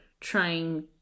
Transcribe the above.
trying